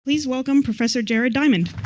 please welcome professor jared diamond.